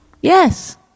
Yes